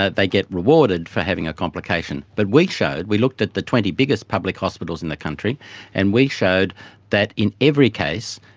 ah they get rewarded for having a complication. but we showed, we looked at the twenty biggest public hospitals in the country and we showed that in every case,